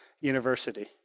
University